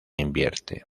invierte